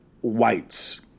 whites